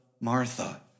Martha